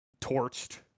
torched